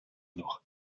noch